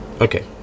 Okay